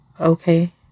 Okay